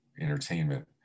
entertainment